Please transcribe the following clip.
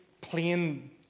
plain